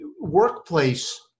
workplace